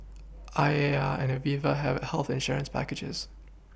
I A R and Aviva have health insurance packages